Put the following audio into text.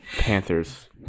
Panthers